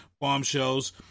bombshells